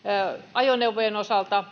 ajoneuvojen osalta